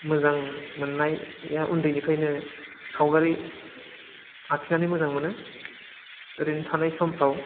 मोजां मोननाया उन्दैनिफ्रायनो सावगारि आखिनानै मोजां मोनो ओरैनो थानाय समफ्राव